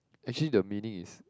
actually the meaning is